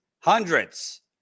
hundreds